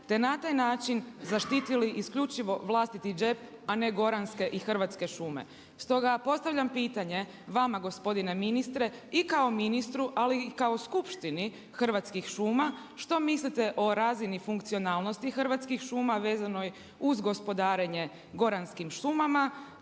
te na taj način zaštitili isključivo vlastiti džep, a ne goranske i hrvatske šume. Stoga postavljam pitanje vama gospodine ministre i kao ministru, ali i kao skupštini Hrvatskih šuma, što mislite o razini funkcionalnosti Hrvatskih šuma, vezanoj uz gospodarenje goranskim šumama,